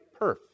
perf